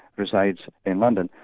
resides in london.